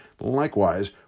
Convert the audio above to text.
likewise